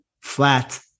flat